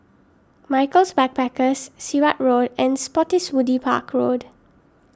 Michaels Backpackers Sirat Road and Spottiswoode Park Road